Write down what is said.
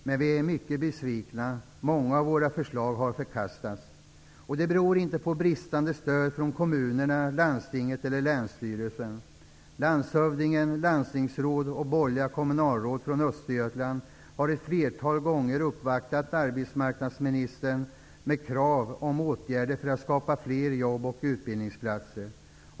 Men vi är mycket besvikna. Många av våra förslag har nämligen förkastats. Det beror inte på bristande stöd från kommunerna, landstinget eller länsstyrelsen. Såväl landshövdingen som landstingsråd och borgerliga kommunalråd från Östergötland har ett flertal gånger uppvaktat arbetsmarknadsministern med krav på åtgärder för att skapa fler jobb och utbildningsplatser.